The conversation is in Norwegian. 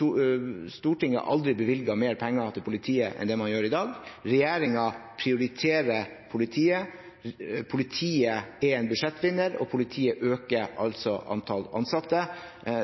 har Stortinget aldri bevilget mer penger til politiet enn det man gjør i dag. Regjeringen prioriterer politiet, politiet er en budsjettvinner og politiet øker antall ansatte.